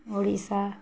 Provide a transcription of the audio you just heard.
Odisha